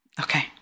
okay